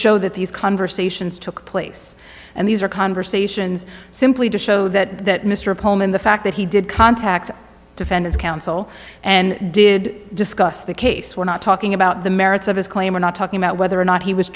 show that these conversations took place and these are conversations simply to show that mr pullman the fact that he did contact defendant's counsel and did discuss the case we're not talking about the merits of his claim we're not talking about whether or not he was